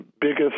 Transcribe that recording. biggest